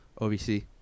OVC